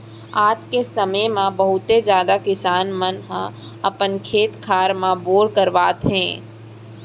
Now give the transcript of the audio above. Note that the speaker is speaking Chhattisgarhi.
आज के समे म बहुते जादा किसान मन ह अपने खेत खार म बोर करवावत हे